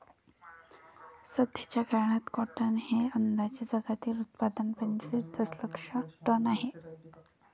सध्याचा काळात कॉटन हे अंदाजे जागतिक उत्पादन पंचवीस दशलक्ष टन आहे